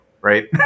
right